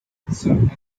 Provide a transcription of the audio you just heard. picture